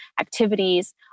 activities